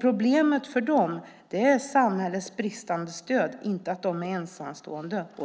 Problemet för dem är samhällets bristande stöd, inte att föräldrarna är ensamstående.